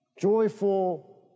joyful